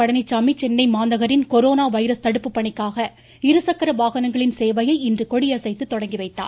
பழனிச்சாமி சென்னை மாநகரில் corona virus தடுப்பு பணிக்காக இருசக்கர வாகனங்களின் சேவையை இன்று கொடியசைத்து தொடங்கிவைத்தார்